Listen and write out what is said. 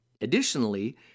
Additionally